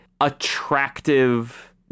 attractive